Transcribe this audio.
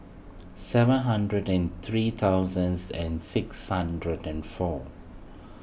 seven hundred and three thousand and six hundred and four